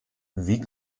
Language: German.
wie